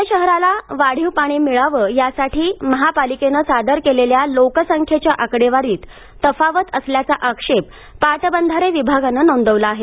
पुणे शहराला वाढीव पाणी मिळावं यासाठी महापालिकेनं सादर केलेल्या लोकसंख्येच्या आकडेवारीत तफावत असल्याचा आक्षेप पाटबंधारे विभागानं नोंदवला आहे